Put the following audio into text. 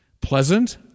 Pleasant